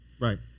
right